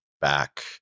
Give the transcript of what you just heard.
back